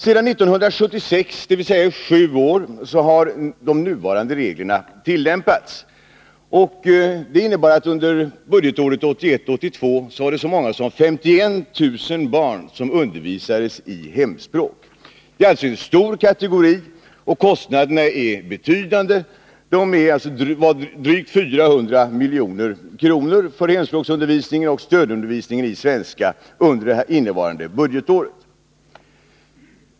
Sedan 1976, dvs. i sju år, har de nuvarande reglerna tillämpats. Det innebär att under budgetåret 1981/82 var det så många som 51 000 barn som undervisades i hemspråk. Det är alltså en stor kategori och kostnaderna är betydande. De uppgår till drygt 400 milj.kr. för hemspråksundervisningen och stödundervisningen i svenska under innevarande budgetår.